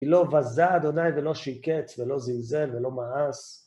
כי לא בזה ה' ולא שיקץ ולא זנזן ולא מאס